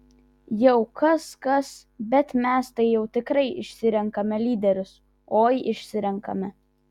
jau kas kas bet mes tai jau tikrai išsirenkame lyderius oi išsirenkame